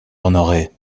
honoré